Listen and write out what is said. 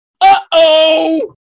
Uh-oh